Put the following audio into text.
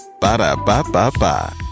Ba-da-ba-ba-ba